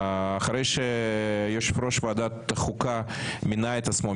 אחרי שיושב ראש ועדת חוקה מינה את עצמו,